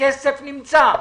הכסף נמצא,